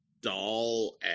doll